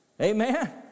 Amen